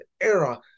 era